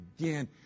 again